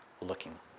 looking